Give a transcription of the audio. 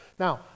Now